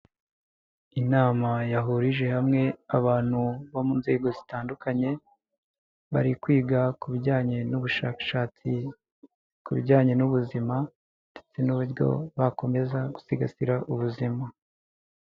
Inama yahurije hamwe abantu bo mu nzego zitandukanye bari kwiga ku bijyanye n'ubushakashatsi ku bijyanye n'ubuzima ndetse n'uburyo bakomeza gusigasira ubuzima.